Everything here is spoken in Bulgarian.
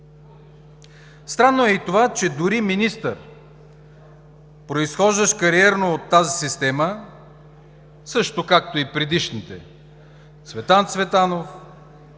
Странно е и това, че дори министър, произхождащ кариерно от тази система, също както и предишните – Цветан Цветанов,